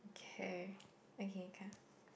okay okay can